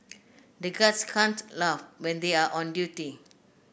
the guards can't laugh when they are on duty